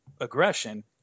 aggression